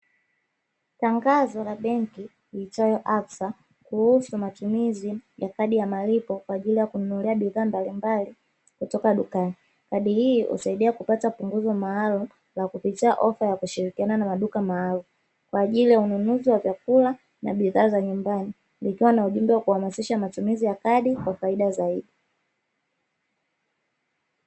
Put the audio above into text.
Tangazo la benki iitwayo "absa" kuhusu matumizi ya kadi ya malipo kwa ajili ya kununulia bidhaa mbalimbali kutoka dukani. Kadi hii husaidia kupata punguzo maalumu la kupitia ofa ya kushirikiana na maduka maalumu, kwa ajili ya ununuzi wa vyakula na bidhaa za nyumbani; likiwa na ujumbe wa kuhamasisha matumizi ya kadi kwa faida zaidi.